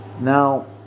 Now